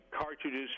cartridges